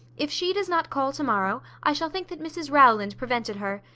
if she does not call to-morrow, i shall think that mrs rowland prevented her.